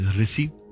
receive